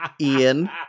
Ian